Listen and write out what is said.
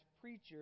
preacher